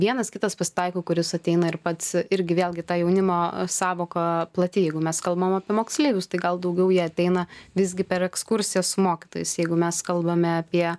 vienas kitas pasitaiko kuris ateina ir pats irgi vėlgi ta jaunimo sąvoka plati jeigu mes kalbam apie moksleivius tai gal daugiau jie ateina visgi per ekskursiją su mokytojais jeigu mes kalbame apie